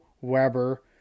Weber